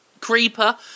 Creeper